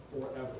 forever